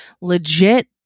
legit